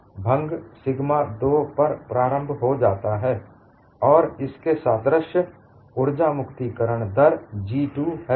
इसलिए भंग सिग्मा 2 पर प्रारंभ हो जाता है और इसके सादृश्य उर्जा मुक्ति करण दर G2 है